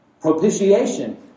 Propitiation